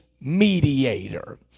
mediator